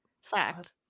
Fact